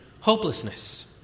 hopelessness